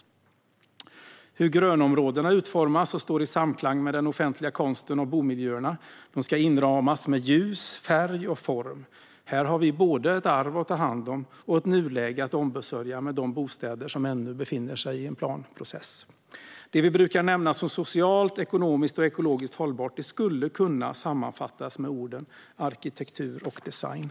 När det gäller hur grönområdena utformas och står i samklang med den offentliga konsten och bomiljöerna, som ska inramas med ljus, färg och form, har vi både ett arv att ta hand om och ett nuläge att ombesörja gällande de bostäder som ännu befinner sig i en planprocess. Det vi brukar nämna som socialt, ekonomiskt och ekologiskt hållbart skulle kunna sammanfattas med orden "arkitektur" och "design".